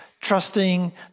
trusting